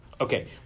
Okay